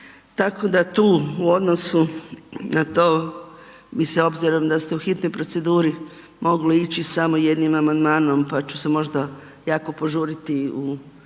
tako da tu u odnosu na to bi se obzirom da ste u hitnoj proceduri mogli ići samo jednim amandmanom, pa ću se možda jako požuriti u